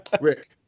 Rick